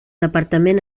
departament